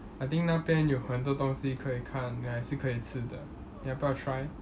I think 那边有很多东西可以看也是可以吃的你要不要 try